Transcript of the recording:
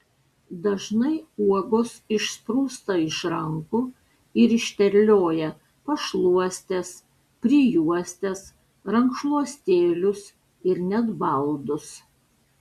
dažnai uogos išsprūsta iš rankų ir išterlioja pašluostes prijuostes rankšluostėlius ir net baldus